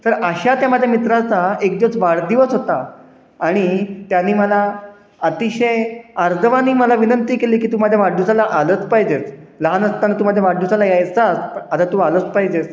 तर अशा त्या माझ्या मित्राचा एक दिवस वाढदिवस होता आणि त्यानी मला अतिशय आर्जवानी मला विनंती केली की तू माझ्या वाढदिवसाला आलंच पाहिजेच लहान असताना तू माझ्या वाढदिवसाला यायचा आता तू आलंच पाहिजेस